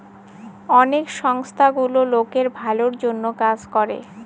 অনেক সংস্থা গুলো লোকের ভালোর জন্য কাজ করে